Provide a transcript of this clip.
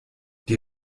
die